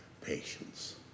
patience